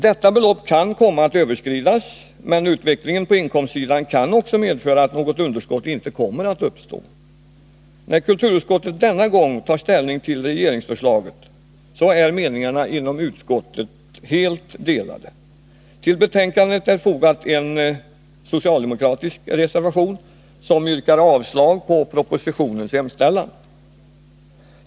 Detta belopp kan komma att överskridas, men utvecklingen på inkomstsidan kan också medföra att något underskott inte kommer att uppstå. När kulturutskottet denna gång tar ställning till regeringsförslaget är meningarna inom utskottet helt delade. Till betänkandet är fogad en socialdemokratisk reservation, i vilken yrkas avslag på propositionens hemställan.